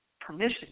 permission